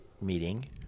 meeting